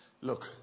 Look